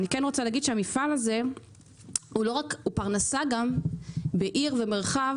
אני כן רוצה להגיד שהמפעל הזה הוא פרנסה גם בעיר ומרחב